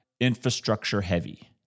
infrastructure-heavy